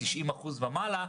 מ-90% נכות ומעלה,